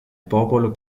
popolo